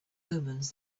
omens